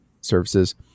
services